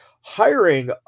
hiring